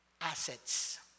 assets